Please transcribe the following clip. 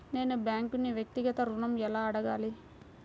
నేను బ్యాంక్ను వ్యక్తిగత ఋణం ఎలా అడగాలి?